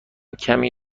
کمی